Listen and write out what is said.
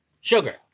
Sugar